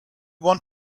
want